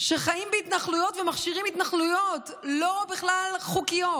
שחיים בהתנחלויות ומכשירים התנחלויות בכלל לא חוקיות,